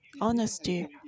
honesty